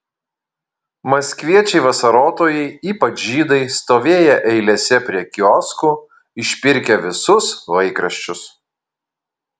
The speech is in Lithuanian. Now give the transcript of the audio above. maskviečiai vasarotojai ypač žydai stovėję eilėse prie kioskų išpirkę visus laikraščius